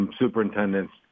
superintendents